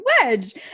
wedge